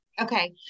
Okay